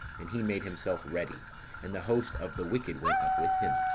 and he made himself ready and the host of the wicked went up with him,